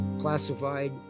classified